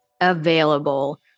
available